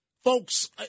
Folks